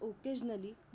occasionally